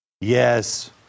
Yes